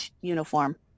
uniform